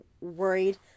worried